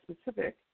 specific